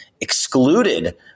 excluded